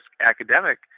academic